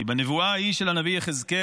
כי בנבואה ההיא של הנביא יחזקאל,